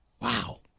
Wow